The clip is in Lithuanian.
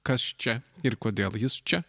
kas čia ir kodėl jis čia